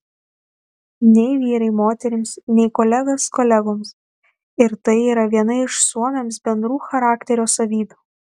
nei vyrai moterims nei kolegos kolegoms ir tai yra viena iš suomiams bendrų charakterio savybių